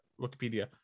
Wikipedia